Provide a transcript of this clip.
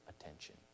attention